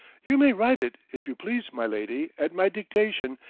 you may write it, if you please, my lady, at my dictation,